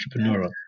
entrepreneurial